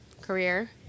career